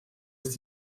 ist